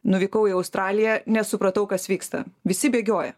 nuvykau į australiją nesupratau kas vyksta visi bėgioja